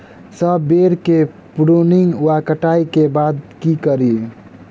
सेब बेर केँ प्रूनिंग वा कटाई केँ बाद की करि?